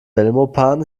belmopan